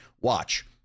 Watch